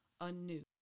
anew